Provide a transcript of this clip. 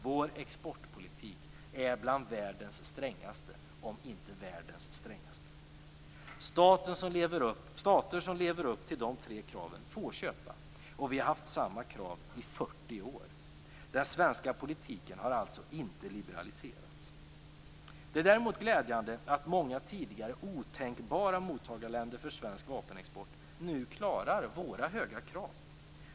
Vår exportpolitik är bland världens strängaste, om inte världens strängaste. Stater som lever upp till de tre kraven får köpa. Vi har haft samma krav i 40 år. Den svenska politiken har alltså inte liberaliserats. Det är däremot glädjande att många tidigare otänkbara mottagarländer för svensk vapenexport nu klarar våra höga krav.